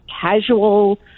casual